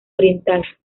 oriental